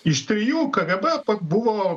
iš trijų kgb buvo